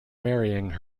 marrying